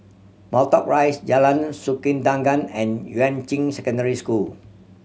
Matlock Rise Jalan Sikudangan and Yuan Ching Secondary School